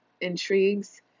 intrigues